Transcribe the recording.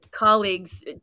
Colleagues